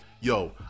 Yo